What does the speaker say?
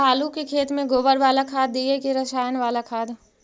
आलू के खेत में गोबर बाला खाद दियै की रसायन बाला खाद?